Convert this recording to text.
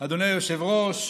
אדוני היושב-ראש,